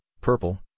purple